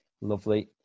Lovely